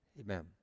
amen